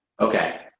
Okay